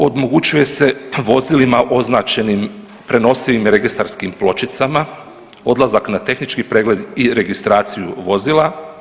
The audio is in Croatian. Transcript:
Omogućuje se vozilima označenim prenosivim registarskim pločicama odlazak na tehnički pregled i registraciju vozila.